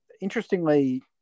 Interestingly